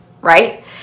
right